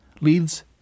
leads